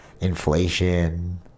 inflation